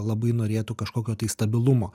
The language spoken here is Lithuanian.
labai norėtų kažkokio tai stabilumo